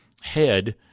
head